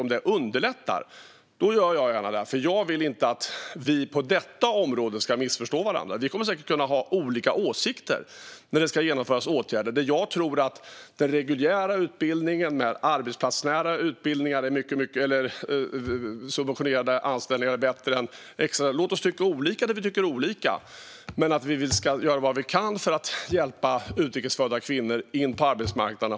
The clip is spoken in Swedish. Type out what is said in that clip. Om det underlättar gör jag gärna det, för jag vill inte att vi ska missförstå varandra på detta område. Vi kan säkert komma att ha olika åsikter när det ska genomföras åtgärder. Jag tror att den reguljära utbildningen med arbetsplatsnära utbildningar eller subventionerade anställningar är bättre. Låt oss tycka olika där vi tycker olika! Men vi vill göra vad vi kan för att hjälpa utrikes födda kvinnor in på arbetsmarknaden.